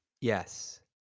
Yes